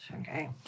Okay